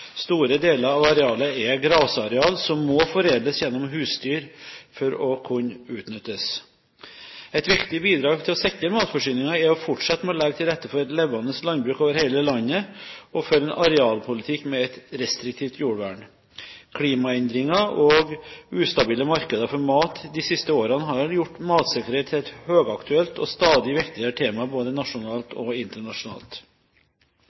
Store deler av arealet er grasareal som må foredles gjennom husdyr for å kunne utnyttes. Et viktig bidrag til å sikre matforsyningen er å fortsette med å legge til rette for et levende landbruk over hele landet og føre en arealpolitikk med et restriktivt jordvern. Klimaendringer og ustabile markeder for mat de siste årene har gjort matsikkerhet til et høyaktuelt og stadig viktigere tema både